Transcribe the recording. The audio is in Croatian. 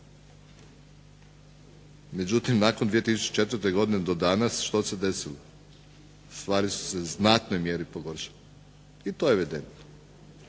međutim nakon 2004. godine do danas što se desilo, stvari su se u znatnoj mjeri pogoršale, i to je evidentno.